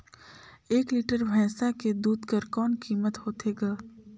एक लीटर भैंसा के दूध कर कौन कीमत होथे ग?